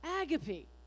Agape